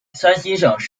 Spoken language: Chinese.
山西省